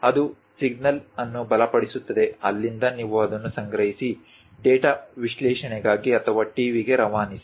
ಅದು ಸಿಗ್ನಲ್ ಅನ್ನು ಬಲಪಡಿಸುತ್ತದೆ ಅಲ್ಲಿಂದ ನೀವು ಅದನ್ನು ಸಂಗ್ರಹಿಸಿ ಡೇಟಾ ವಿಶ್ಲೇಷಣೆಗಾಗಿ ಅಥವಾ ಟಿವಿಗೆ ರವಾನಿಸಿ